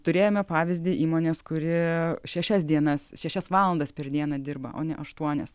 turėjome pavyzdį įmonės kuri šešias dienas šešias valandas per dieną dirba o ne aštuonias